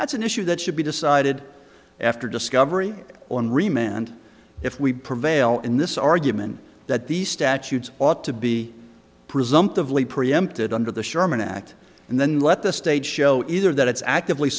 that's an issue that should be decided after discovery on remand if we prevail in this argument that these statutes ought to be presumptively preempted under the sherman act and then let the state show either that it's actively